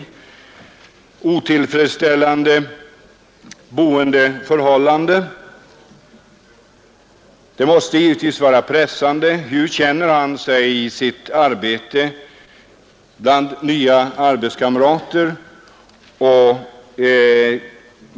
Hur upplever han detta? Det måste givetvis vara pressande. Hur känner han sig i sitt arbete bland nya arbetskamrater?